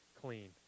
clean